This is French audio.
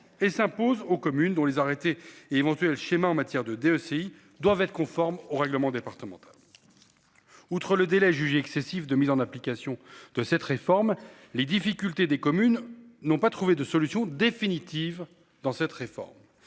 et s'impose aux communes dont les arrêtés éventuelle schéma en matière de DEC, ils doivent être conformes au règlement départements. Outre le délai jugé excessif de mise en application de cette réforme. Les difficultés des communes n'ont pas trouvé de solution définitive dans cette réforme.